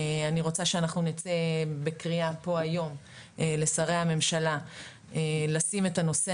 אני רוצה שאנחנו נצא בקריאה פה היום לשרי הממשלה לשים את הנושא